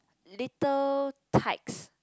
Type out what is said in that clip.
little tykes